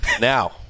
Now